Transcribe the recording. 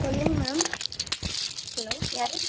சொல்லுங்கள் ma'am hello யார்